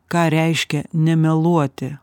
ką reiškia nemeluoti